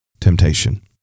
temptation